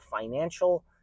financial